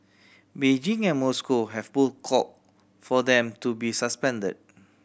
Beijing and Moscow have both called for them to be suspended